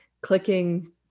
clicking